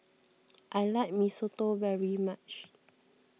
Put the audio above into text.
I like Mee Soto very much